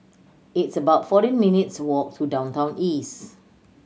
it's about fourteen minutes' walk to Downtown East